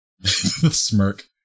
Smirk